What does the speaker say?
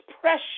pressure